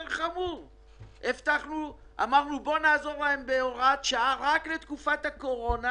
ביקשנו לעזור בהוראת שעה רק לתקופת הקורונה